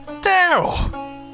Daryl